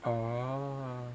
oh